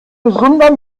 gesunder